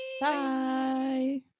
Bye